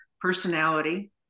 personality